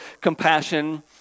compassion